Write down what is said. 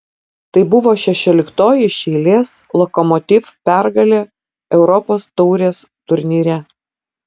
tai buvo šešioliktoji iš eilės lokomotiv pergalė europos taurės turnyre